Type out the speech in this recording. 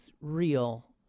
real